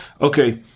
Okay